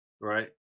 right